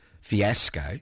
fiasco